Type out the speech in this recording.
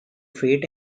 feet